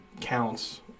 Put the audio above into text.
counts